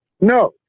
No